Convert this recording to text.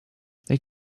they